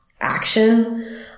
action